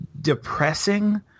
depressing